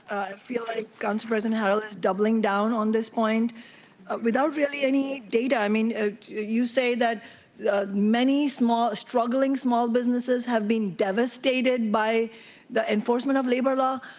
feel like council president harold is doubling down on this point without really any data. i mean you say that many struggling small businesses have been devastated by the enforcement of labor law.